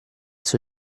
suo